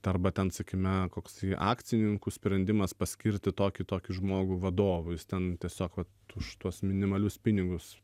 arba ten sakykime koks akcininkų sprendimas paskirti tokį tokį žmogų vadovu jis ten tiesiog vat už tuos minimalius pinigus